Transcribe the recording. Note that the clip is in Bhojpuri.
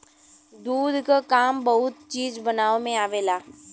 दूध क काम बहुत चीज बनावे में आवेला